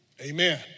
Amen